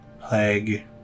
plague